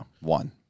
one